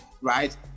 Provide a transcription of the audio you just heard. right